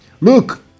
look